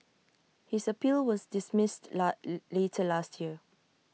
his appeal was dismissed not later last year